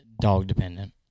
Dog-dependent